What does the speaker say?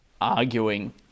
arguing